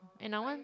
and I want